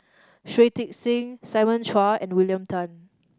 Shui Tit Sing Simon Chua and William Tan